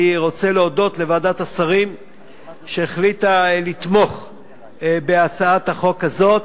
אני רוצה להודות לוועדת השרים שהחליטה לתמוך בהצעת החוק הזאת,